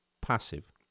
passive